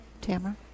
Tamara